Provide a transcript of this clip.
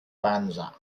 panza